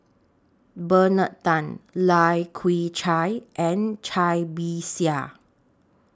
Bernard Tan Lai Kew Chai and Cai Bixia